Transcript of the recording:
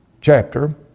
chapter